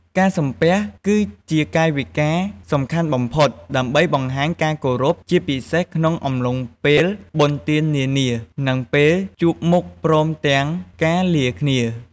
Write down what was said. ការសំពះ គឺជាកាយវិការសំខាន់បំផុត ដើម្បីបង្ហាញការគោរពជាពិសេសក្នុងអំឡុងពេលបុណ្យទាននានានិងពេលជួបមុខព្រមទាំងការលាគ្នា។